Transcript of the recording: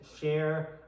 share